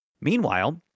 Meanwhile